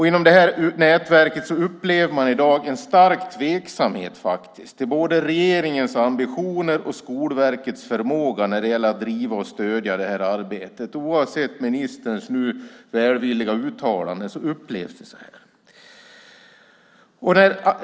Inom nätverket upplever man i dag en stark tveksamhet till både regeringens ambitioner och Skolverkets förmåga när det gäller att driva och stödja arbetet. Oavsett ministerns nu välvilliga uttalande upplever man det så.